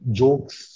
jokes